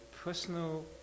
personal